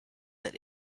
that